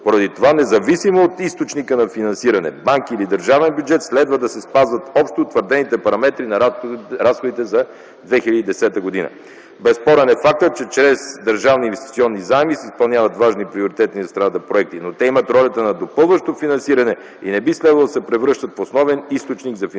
Поради това независимо от източника на финансиране – банки или държавен бюджет, следва да се спазват общо утвърдените параметри на разходите за 2010 г. Безспорен е фактът, че чрез държавни инвестиционни заеми се изпълняват важни и приоритетни за страната проекти, но те имат ролята на допълващо финансиране и не би следвало да се превръщат в основен източник за финансиране